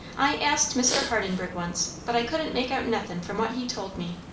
i asked mr. hardenburgh once, but i couldn't make out nothin' from what he told me?